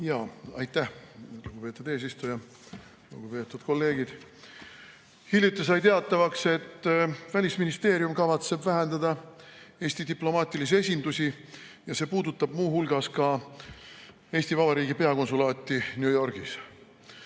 Aitäh, lugupeetud eesistuja! Lugupeetud kolleegid! Hiljuti sai teatavaks, et Välisministeerium kavatseb vähendada Eesti diplomaatilisi esindusi. See puudutab muu hulgas ka Eesti Vabariigi peakonsulaati New Yorgis.